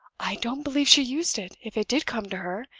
i don't believe she used it, if it did come to her!